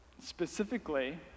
Specifically